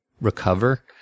recover